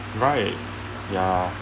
right ya